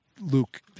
Luke